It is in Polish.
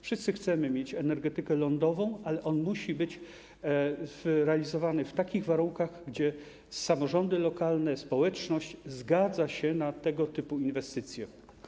Wszyscy chcemy mieć energetykę lądową, ale on musi być realizowany w takich warunkach, w których samorządy lokalne, społeczność, zgadzają się na tego typu inwestycje.